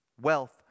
wealth